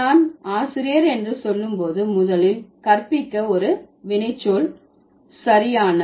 நான் ஆசிரியர் என்று சொல்லும் போது முதலில் கற்பிக்க ஒரு வினைச்சொல் சரியான